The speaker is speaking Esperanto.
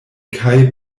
kaj